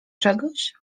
czegoś